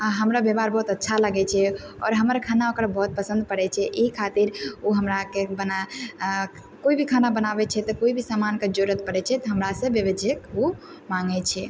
हमरा व्यवहार बहुत अच्छा लागय छै आओर हमर खाना ओकरा बहुत पसन्द पड़य छै अइ खातिर ओ हमराके बनायल कोइ भी खाना बनाबय छै तऽ कोइ भी सामानके जरूरत पड़य छै तऽ हमरा से बेहिचक उ माँगय छै